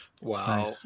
Wow